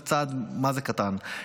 זה צעד מה זה קטן,